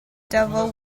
devil